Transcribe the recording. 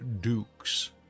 Dukes